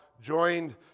joined